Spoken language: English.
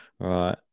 Right